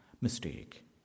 Mistake